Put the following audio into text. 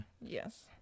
Yes